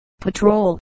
Patrol